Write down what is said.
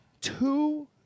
Two